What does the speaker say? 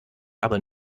aber